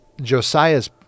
Josiah's